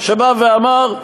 שאמר: